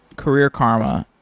career karma,